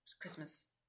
Christmas